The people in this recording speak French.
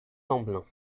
lamblin